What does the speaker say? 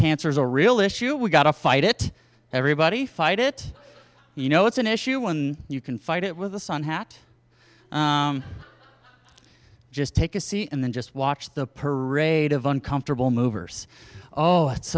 cancer is a real issue we gotta fight it everybody fight it you know it's an issue one you can fight it with the sun hat just take a seat and then just watch the parade of uncomfortable movers oh it's